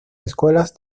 escuelas